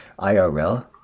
IRL